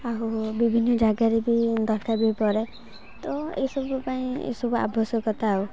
ଆଉ ବିଭିନ୍ନ ଜାଗାରେ ବି ଦରକାର ବି ପଡ଼େ ତ ଏସବୁ ପାଇଁ ଏସବୁ ଆବଶ୍ୟକତା ଆଉ